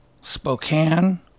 Spokane